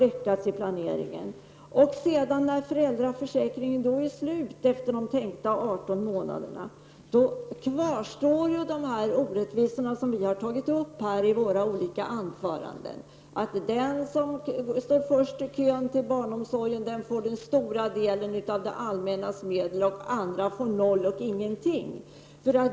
När de tänkta 18 månaderna inom föräldraförsäkringen har tagits ut kvarstår de orättvisor som vi har tagit upp i våra olika anföranden, dvs. att den som står först i kön till barnomsorg får den stora delen av det allmännas medel, medan andra får noll och ingenting.